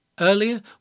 Earlier